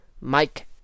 Mike